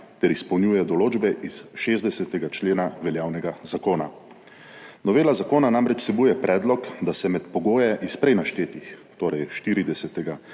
ter izpolnjuje določbe iz 60. člena veljavnega zakona. Novela zakona namreč vsebuje predlog, da se med pogoje iz prej naštetih, torej 40.